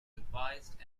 revised